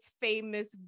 famous